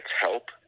help